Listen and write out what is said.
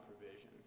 provision